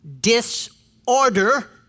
disorder